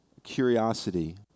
curiosity